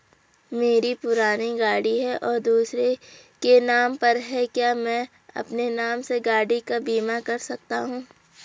मेरी पुरानी गाड़ी है और दूसरे के नाम पर है क्या मैं अपने नाम से गाड़ी का बीमा कर सकता हूँ?